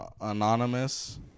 Anonymous